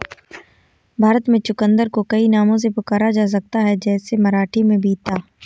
भारत में चुकंदर को कई नामों से पुकारा जाता है जैसे मराठी में बीता